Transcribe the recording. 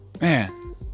Man